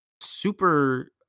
super